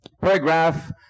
paragraph